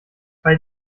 bei